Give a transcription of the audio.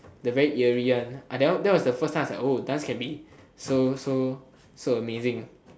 the very eerie one ah that one that was the first time I was like oh dance can be so so so amazing